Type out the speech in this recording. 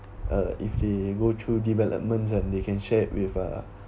uh if they go through developments and they can share it with uh